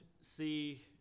see